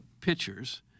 pitchers